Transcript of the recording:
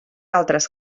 altres